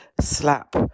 slap